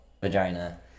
vagina